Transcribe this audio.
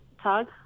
tug